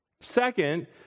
Second